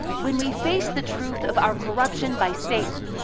when we face the truth of our corruption by satan,